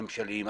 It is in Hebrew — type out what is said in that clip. הממשלתיים,